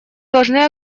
должны